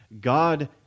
God